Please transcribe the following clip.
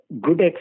good